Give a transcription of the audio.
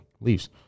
leaves